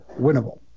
winnable